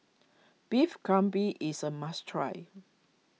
Beef Galbi is a must try